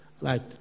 Right